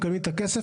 הם מקבלים את הכסף.